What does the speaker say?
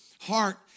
heart